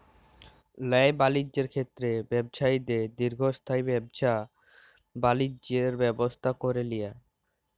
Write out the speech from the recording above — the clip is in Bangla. ল্যায় বালিজ্যের ক্ষেত্রে ব্যবছায়ীদের দীর্ঘস্থায়ী ব্যাবছা বালিজ্যের ব্যবস্থা ক্যরে লিয়া